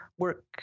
work